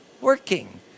working